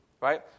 right